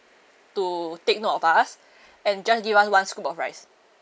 to take note of us and just give us one scoop of rice